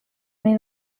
nahi